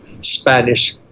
Spanish